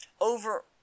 over